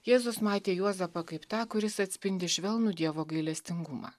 jėzus matė juozapą kaip tą kuris atspindi švelnų dievo gailestingumą